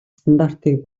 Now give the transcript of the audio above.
стандартыг